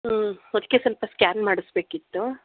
ಹ್ಞೂ ಅದಕ್ಕೆ ಸ್ವಲ್ಪ ಸ್ಕ್ಯಾನ್ ಮಾಡಿಸ್ಬೇಕಿತ್ತು